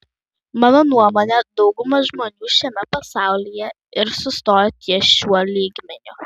mano nuomone dauguma žmonių šiame pasaulyje ir sustojo ties šiuo lygmeniu